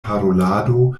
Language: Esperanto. parolado